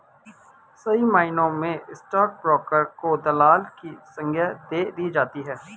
सही मायनों में स्टाक ब्रोकर को दलाल की संग्या दे दी जाती है